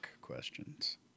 questions